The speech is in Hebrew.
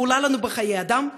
היא עולה לנו בחיי אדם,